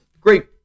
great